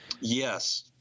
yes